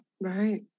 Right